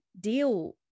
deal